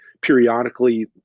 periodically